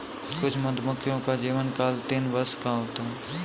कुछ मधुमक्खियों का जीवनकाल तीन वर्ष का होता है